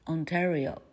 Ontario